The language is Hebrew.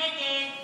שהוקמה ועדה בראשות